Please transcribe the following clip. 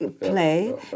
play